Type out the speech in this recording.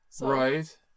Right